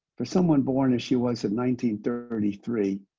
for someone born, as she was, in one thirty thirty three,